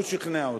הוא שכנע אותך.